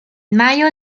mayo